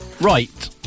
Right